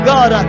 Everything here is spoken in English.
God